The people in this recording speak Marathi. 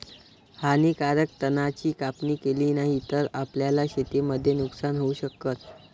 हानीकारक तणा ची कापणी केली नाही तर, आपल्याला शेतीमध्ये नुकसान होऊ शकत